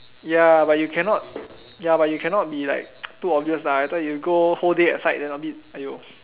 ya but you cannot ya but you cannot be too obvious lah later you go whole day at site then !aiyo!